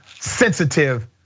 sensitive